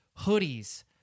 hoodies